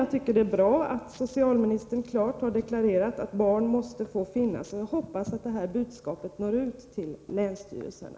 Jag tycker det är bra att socialministern klart har deklarerat att barn måste få finnas. Jag hoppas att detta budskap når ut till länsstyrelserna.